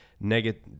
negative